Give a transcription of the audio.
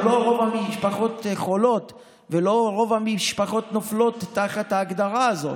אבל לא רוב המשפחות חולות ולא רוב המשפחות נופלות תחת ההגדרה הזאת.